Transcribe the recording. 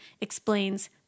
explains